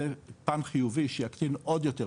זה פאן חיובי שיקטין עוד יותר,